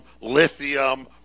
lithium